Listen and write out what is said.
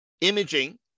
imaging